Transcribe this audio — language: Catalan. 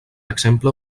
exemple